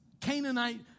Canaanite